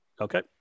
Okay